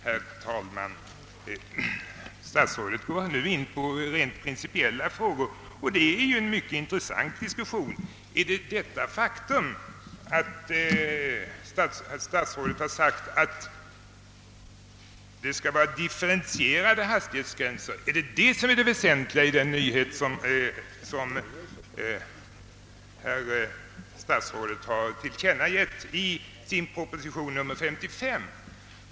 Herr talman! Kommunikationsministern kommer nu in på rent principiella frågor, och det kan ju leda till en mycket intressant diskussion. Är det den omständigheten, att statsrådet Har sagt att det skall bli differentierade hastighetsgränser, som är det väsentliga i den nyhet som statsrådet presenterat i proposition nr 55 i år?